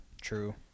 True